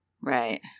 Right